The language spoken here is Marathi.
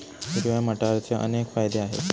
हिरव्या मटारचे अनेक फायदे आहेत